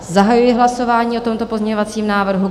Zahajuji hlasování o tomto pozměňovacím návrhu.